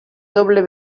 doble